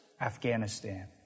Afghanistan